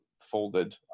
folded